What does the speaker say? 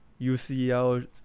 UCL